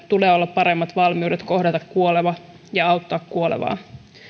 tulee olla paremmat valmiudet kohdata kuoleva ja auttaa kuolevaa